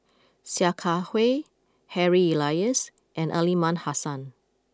Sia Kah Hui Harry Elias and Aliman Hassan